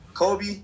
Kobe